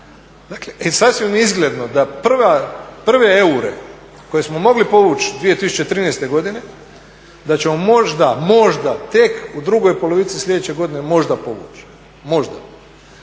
Dakle, sasvim izgledno da prve eure koje smo mogli povući 2013. godine, da ćemo možda tek u 2. polovici sljedeće godine možda povući, možda.